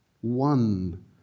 one